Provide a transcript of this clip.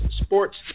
sports